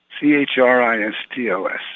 C-H-R-I-S-T-O-S